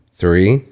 three